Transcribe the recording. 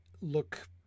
look